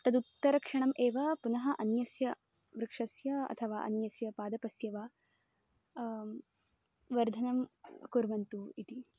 तदुत्तरक्षणम् एव पुनः अन्यस्य वृक्षस्य अथवा अन्यस्य पादपस्य वा वर्धनं कुर्वन्तु इति